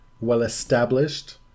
well-established